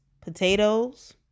potatoes